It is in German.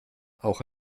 auch